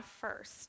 first